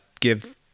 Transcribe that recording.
give